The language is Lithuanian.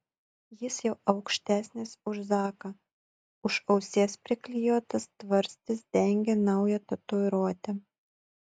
jis jau aukštesnis už zaką už ausies priklijuotas tvarstis dengia naują tatuiruotę